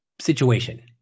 situation